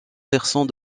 versant